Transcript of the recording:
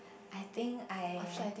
I think I